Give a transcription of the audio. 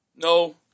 No